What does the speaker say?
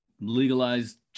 legalized